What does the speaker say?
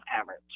average